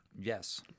yes